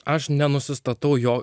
aš nenustatau jo